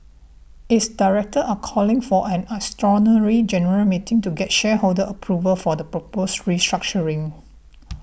its directors are calling for an extraordinary general meeting to get shareholder approval for the proposed restructuring